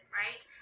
right